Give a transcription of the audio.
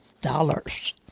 dollars